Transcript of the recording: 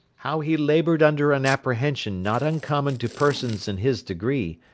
how he laboured under an apprehension not uncommon to persons in his degree,